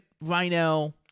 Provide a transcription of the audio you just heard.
Rhino